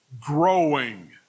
growing